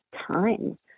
time